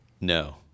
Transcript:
No